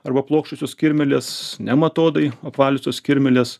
arba plokščiosios kirmėlės nematodai apvaliosios kirmėlės